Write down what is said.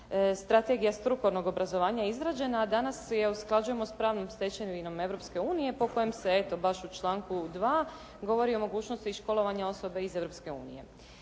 Strategija strukovnog obrazovanja je izrađena a danas je usklađujemo s pravnom stečevinom Europske unije po kojem se eto baš u članku 2. govori o mogućnosti školovanja osobe iz